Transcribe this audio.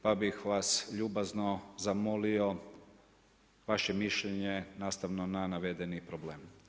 Pa bih vas ljubazno zamolio vaše mišljenje nastavno na navedeni problem.